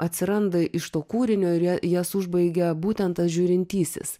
atsiranda iš to kūrinio ir ja jas užbaigia būtent tas žiūrintysis